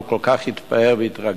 הוא כל כך התפעל והתרגש,